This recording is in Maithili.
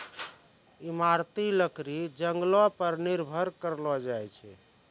इमारती लकड़ी जंगलो पर निर्भर करलो जाय छै